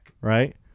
Right